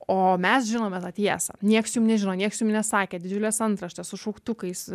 o mes žinom vieną tiesą nieks jum nežino niekas jum nesakė didelės antraštės su šauktukais